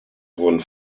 wurden